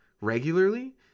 regularly